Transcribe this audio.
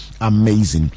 amazing